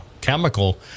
chemical